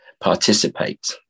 participate